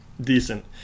decent